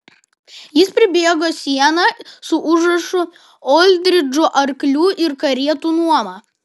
jis pribėgo sieną su užrašu oldridžo arklių ir karietų nuoma